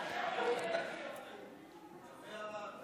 יפה אמרת,